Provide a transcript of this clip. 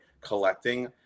collecting